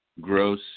gross